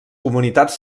comunitats